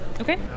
Okay